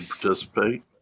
participate